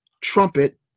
trumpet